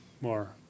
more